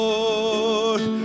Lord